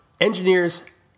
engineers